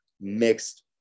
mixed